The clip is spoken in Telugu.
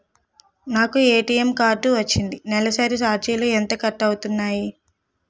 నాకు ఏ.టీ.ఎం కార్డ్ వచ్చింది నెలసరి ఛార్జీలు ఎంత కట్ అవ్తున్నాయి?